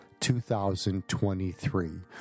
2023